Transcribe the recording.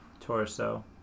torso